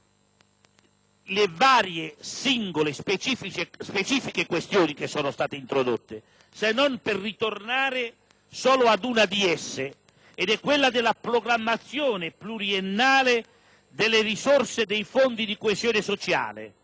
nuovamente le singole questioni che sono state introdotte se non per ritornare solo ad una di esse, quella riguardante la programmazione pluriennale delle risorse dei fondi di coesione sociale.